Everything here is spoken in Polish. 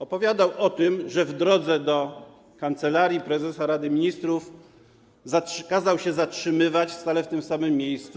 Opowiadał o tym, że w drodze do Kancelarii Prezesa Rady Ministrów kazał się zatrzymywać stale w tym samym miejscu.